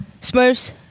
Smurfs